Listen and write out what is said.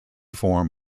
form